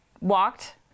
walked